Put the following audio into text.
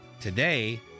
Today